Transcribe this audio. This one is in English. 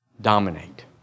Dominate